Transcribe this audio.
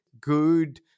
good